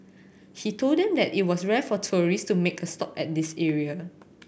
he told them that it was rare for tourist to make a stop at this area